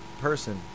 person